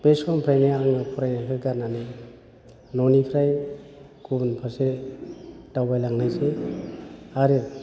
बे समफ्रायनो आङो फरायनायखौ गारनानै न'निफ्राय गुबुन फारसे दावबायलांनायसै आरो